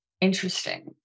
interesting